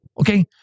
okay